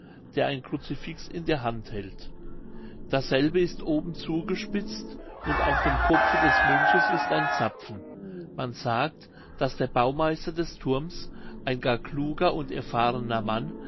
der ein crucifix in der hand hält dasselbe ist oben zugespitzt und auf dem kopfe des mönches ist ein zapfen man sagt daß der baumeister des thurms ein gar kluger und erfahrner mann